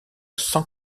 cent